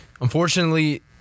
Unfortunately